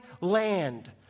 land